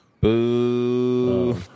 Boo